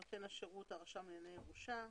נותן השירות הוא הרשם לענייני ירושה.